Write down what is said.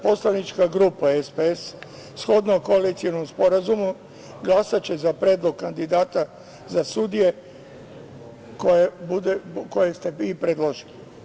Poslanička grupa SPS, shodno koalicionom sporazumu, glasaće za predlog kandidata za sudije koje ste vi predložili.